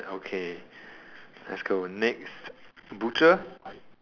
okay let's go next butcher